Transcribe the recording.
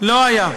לא היה.